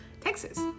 Texas